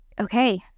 Okay